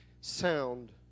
sound